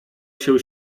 się